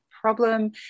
problem